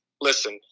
listen